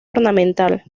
ornamental